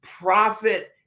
Profit